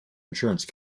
insurance